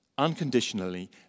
unconditionally